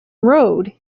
road